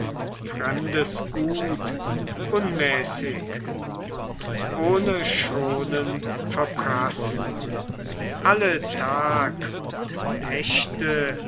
fremdes gut unmäßig und ohne schonen verprassen alle tag und nächte